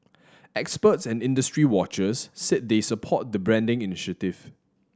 experts and industry watchers said they support the branding initiative